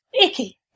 icky